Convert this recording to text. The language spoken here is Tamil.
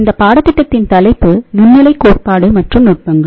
இந்த பாடத்திட்டத்தின் தலைப்பு நுண்ணலை கோட்பாடு மற்றும் நுட்பங்கள